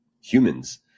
humans